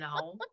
no